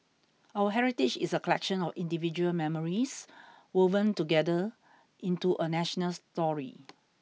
our heritage is a collection of individual memories woven together into a national story